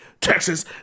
Texas